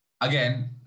Again